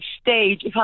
stage